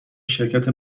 شرکت